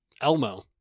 Elmo